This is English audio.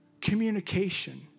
communication